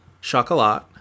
Chocolat